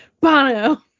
Bono